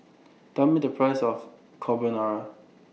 Tell Me The Price of Carbonara